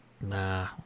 Nah